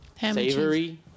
Savory